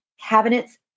cabinets